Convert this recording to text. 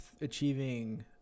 achieving